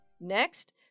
Next